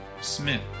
Smith